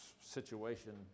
situation